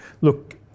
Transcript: look